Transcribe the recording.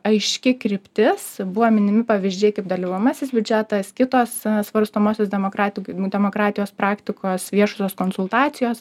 aiški kryptis buvo minimi pavyzdžiai kaip dalyvomasis biudžetas kitos svarstomosios demokratik demokratijos praktikos viešosios konsultacijos